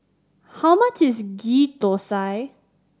how much is Ghee Thosai